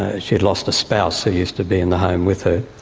ah she had lost a spouse that used to be in the home with her,